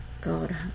God